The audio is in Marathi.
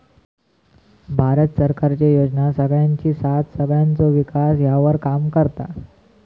भारत सरकारचे योजना सगळ्यांची साथ सगळ्यांचो विकास ह्यावर काम करता